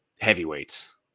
heavyweights